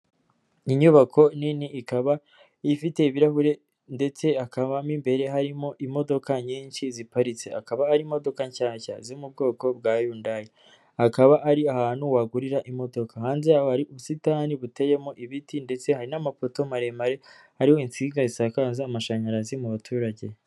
Inyubako nini ikaba ifite ibirahure, ndetse hakaba mo harimo imodoka nyinshi ziparitse. Akaba ari imodoka nshyashya, zo mu bwoko bwa yundayi. Hakaba ari ahantu wagurira imodoka. Hanze yaho hari ubusitani buteyemo ibiti, ndetse hari n'amapoto maremare ariho insinga zisakaza amashanyarazi mu baturage.